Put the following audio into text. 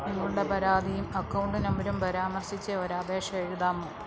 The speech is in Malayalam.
നിങ്ങളുടെ പരാതിയും അക്കൗണ്ട് നമ്പറും പരാമർശിച്ച് ഒരു അപേക്ഷ എഴുതാമോ